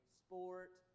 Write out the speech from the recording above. sport